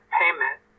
payment